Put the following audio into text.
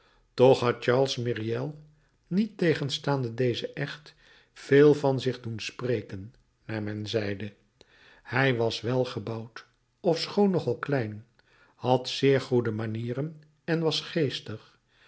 toch had charles myriel niettegenstaande dezen echt veel van zich doen spreken naar men zeide hij was welgebouwd ofschoon nog al klein had zeer goede manieren en was geestig